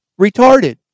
Retarded